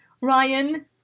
Ryan